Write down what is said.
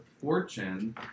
fortune